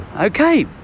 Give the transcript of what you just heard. okay